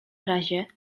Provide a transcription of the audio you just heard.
razie